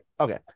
Okay